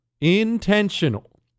Intentional